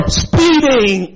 speeding